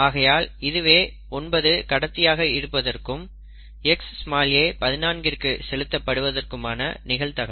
ஆகையால் இதுவே 9 கடத்தியாக இருப்பதற்கும் Xa 14 கிற்கு செலுத்தப் படுவதற்குமான நிகழ்தகவு